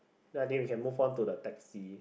then I think we can move on to the taxi